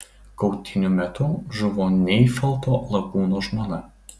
kautynių metu žuvo neifalto lakūno žmona